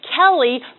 Kelly